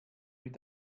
mit